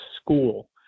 school